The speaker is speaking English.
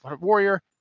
Warrior